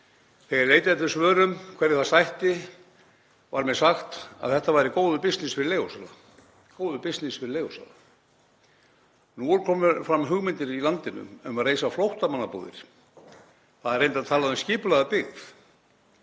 Þegar ég leitaði eftir svörum um hverju það sætti var mér sagt að þetta væri góður bisness fyrir leigusala. Nú eru komnar fram hugmyndir í landinu um að reisa flóttamannabúðir. Það er reyndar talað um skipulagða byggð